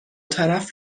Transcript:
طرف